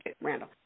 Randall